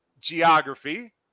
Geography